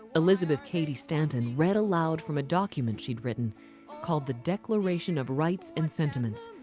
elizabeth cady stanton read aloud from a document she'd written called the declaration of rights and sentiments.